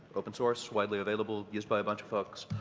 open-source, widely available, used by a bunch of folks.